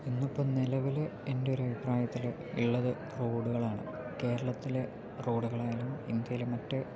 ഇന്നിപ്പോൾ നിലവിൽ എൻ്റെയൊരഭിപ്രായത്തിൽ ഉള്ളത് റോഡുകളാണ് കേരളത്തിലെ റോഡുകളായാലും ഇന്ത്യയിലെ മറ്റ്